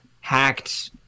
hacked